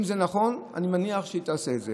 אם זה נכון, אני מניח שהיא תעשה את זה.